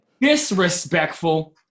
Disrespectful